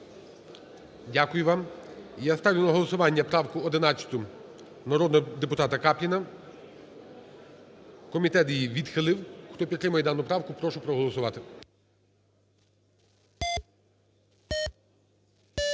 Дякую вам. І я ставлю на голосування правку 11 народного депутата Капліна. Комітет її відхилив. Хто підтримує дану правку, прошу проголосувати.